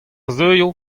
zeuio